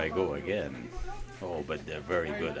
i go again cold but they're very good